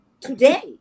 today